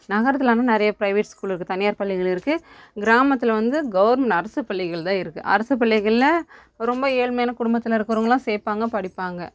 நகரத்தில் வந்து நிறைய ப்ரைவேட் ஸ்கூல் இருக்கும் தனியார் பள்ளிகள் இருக்குது கிராமத்தில் வந்து கவர் அரசு பள்ளிகள்தான் இருக்குது அரசு பள்ளிகளில் ரொம்ப ஏழ்மையான குடும்பத்தில் இருக்கிறவங்களாம் சேர்ப்பாங்க படிப்பாங்க